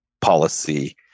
policy